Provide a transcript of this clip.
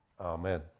Amen